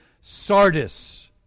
Sardis